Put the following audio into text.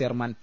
chairman P